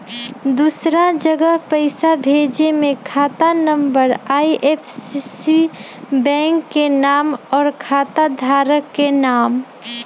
दूसरा जगह पईसा भेजे में खाता नं, आई.एफ.एस.सी, बैंक के नाम, और खाता धारक के नाम?